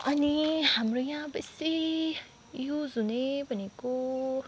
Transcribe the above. अनि हाम्रो यहाँ बेसी युज हुने भनेको